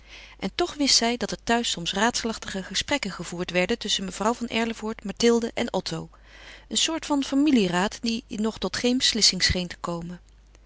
en toch wist zij dat er thuis soms raadselachtige gesprekken gevoerd werden tusschen mevrouw van erlevoort mathilde en otto een soort van familieraad die nog tot geen beslissing scheen te komen